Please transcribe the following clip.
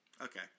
Okay